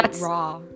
raw